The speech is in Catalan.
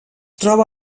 troba